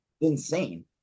Insane